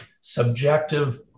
subjective